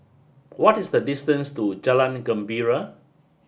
what is the distance to Jalan Gembira